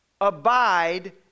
Abide